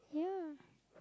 yeah